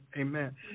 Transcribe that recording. amen